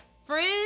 friends